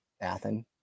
Athens